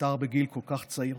נפטר בגיל כל כך צעיר.